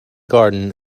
garden